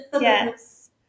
Yes